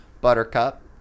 Buttercup